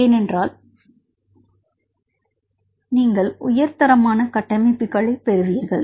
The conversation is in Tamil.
ஏனென்றால் நீங்கள் உயர் தரமான கட்டமைப்புகளைப் பெறுவீர்கள்